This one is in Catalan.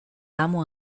amo